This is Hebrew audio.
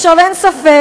עכשיו, אין ספק